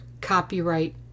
copyright